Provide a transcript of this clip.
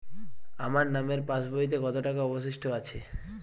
আমার নামের পাসবইতে কত টাকা অবশিষ্ট আছে?